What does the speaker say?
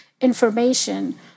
information